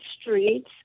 streets